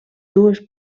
dues